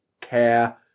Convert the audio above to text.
care